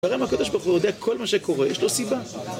ברמה הקדוש בחורה הוא יודע כל מה שקורה, יש לו סיבה.